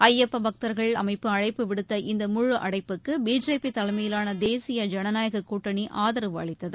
ஐயப்ப பக்தர்கள் அமைப்பு அழைப்பு விடுத்த இந்த முழு அடைப்புக்கு பிஜேபி தலைமையிலான தேசிய ஜனநாயகக் கூட்டணி ஆதரவு அளித்தது